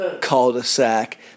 cul-de-sac